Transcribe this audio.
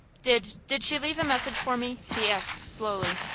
did did she leave a message for me? he asked, slowly.